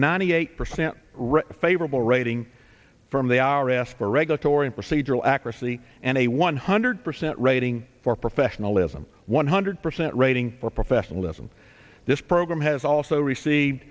ninety eight percent right favorable rating from the r s for regulatory procedural accuracy and a one hundred percent rating for professionalism one hundred percent rating for professionalism this program has also receive